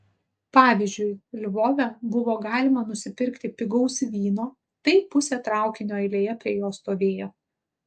pavyzdžiui lvove buvo galima nusipirkti pigaus vyno tai pusė traukinio eilėje prie jo stovėjo